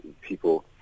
people